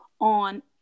on